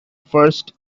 first